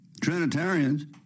Trinitarians